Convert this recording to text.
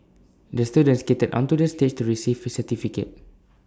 the student skated onto the stage to receive his certificate